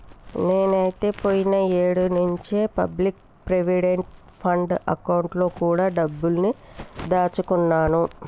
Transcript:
నేనైతే పోయిన ఏడు నుంచే పబ్లిక్ ప్రావిడెంట్ ఫండ్ అకౌంట్ లో కూడా డబ్బుని దాచుకున్నాను